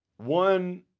One